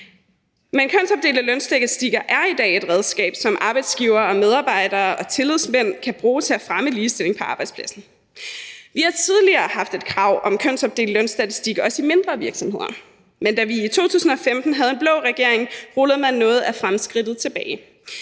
Men kønsopdelte lønstatistikker er i dag et redskab, som arbejdsgivere og medarbejdere og tillidsmænd kan bruge til at fremme ligestilling på arbejdspladsen. Vi har tidligere haft et krav om kønsopdelt lønstatistik, også i mindre virksomheder. Men da vi i 2015 havde en blå regering, rullede man noget af fremskridtet tilbage.